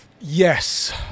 Yes